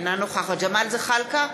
אינה נוכחת ג'מאל זחאלקה,